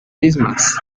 mismas